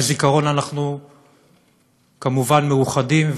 על הזיכרון אנחנו כמובן מאוחדים,